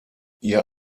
ihr